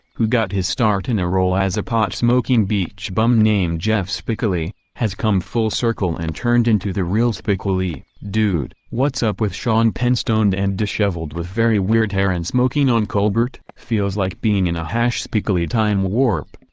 who got his start in a role as a pot-smoking beach bum named jeff spicoli, has come full circle and turned into the real spicoli. dude! what's up with sean penn stoned and disheveled with very weird hair and smoking on colbert! feels like being in a spicoli time warp.